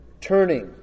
Turning